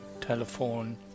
telephone